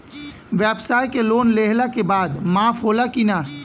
ब्यवसाय के लोन लेहला के बाद माफ़ होला की ना?